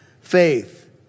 faith